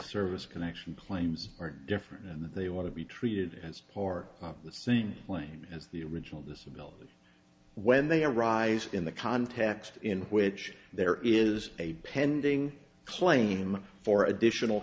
service connection planes are different in that they want to be treated as part of the same plane as the original disability when they arise in the context in which there is a pending claim for additional